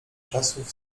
czasów